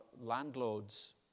landlords